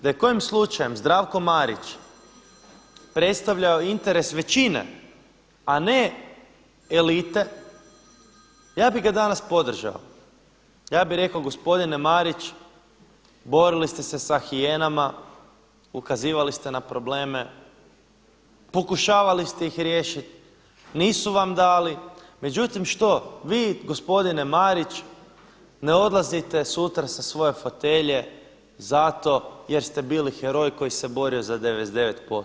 Da je kojim slučajem Zdravko Marić predstavljao interes većine, a ne elite ja bi ga danas podržao, ja bih rekao gospodine Marić borili ste se sa hijenama, ukazivali ste na probleme, pokušavali ste ih riješiti, nisu vam dali, međutim što, vi gospodine Marić ne odlazite sutra sa svoje fotelje zato jer ste bili heroj koji se borio za 99%